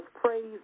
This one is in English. praise